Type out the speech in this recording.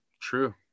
True